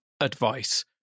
advice